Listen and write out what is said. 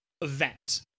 event